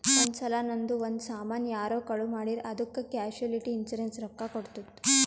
ಒಂದ್ ಸಲಾ ನಂದು ಒಂದ್ ಸಾಮಾನ್ ಯಾರೋ ಕಳು ಮಾಡಿರ್ ಅದ್ದುಕ್ ಕ್ಯಾಶುಲಿಟಿ ಇನ್ಸೂರೆನ್ಸ್ ರೊಕ್ಕಾ ಕೊಟ್ಟುತ್